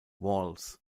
walls